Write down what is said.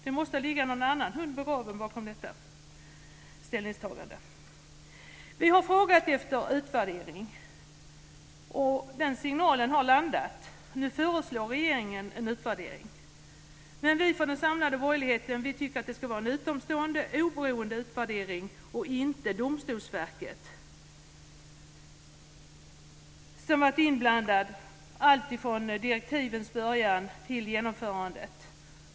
Det måste ligga någon annan hund begraven i detta ställningstagande. Vi har frågat efter utvärdering. Den signalen har landat. Nu föreslår regeringen en utvärdering, men vi från den samlade borgerligheten tycker att det ska vara en utomstående oberoende utvärdering. Det ska inte vara Domstolsverket som ska göra den. Domstolsverket har ju varit inblandat i allt från direktivens början till genomförandet.